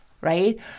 right